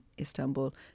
Istanbul